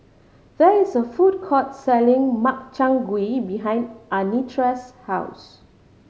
there is a food court selling Makchang Gui behind Anitra's house